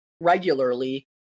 regularly